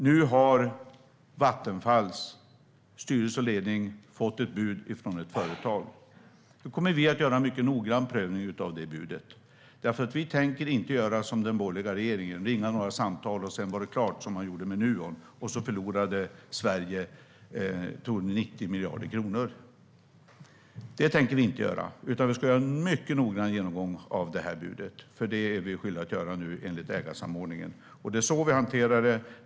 Nu har Vattenfalls styrelse och ledning fått ett bud från ett företag. Vi kommer att göra en mycket noggrann prövning av det budet. Vi tänker inte göra som den borgerliga regeringen och bara ringa några samtal och sedan är det klart - så gjorde man med Nuon, och så förlorade Sverige troligen 90 miljarder kronor. Vi tänker göra en mycket noggrann genomgång av budet, för det är vi skyldiga att göra enligt ägarsamordningen. Det är så vi hanterar det.